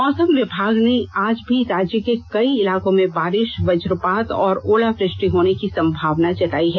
मौसम विभाग ने आज भी राज्य के कई इलाकों में बारिष वजपात और ओलावृष्टि होने की संभावना जताई है